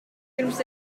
pirms